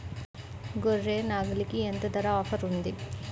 గొర్రె, నాగలికి ఎంత ధర ఆఫర్ ఉంది?